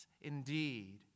indeed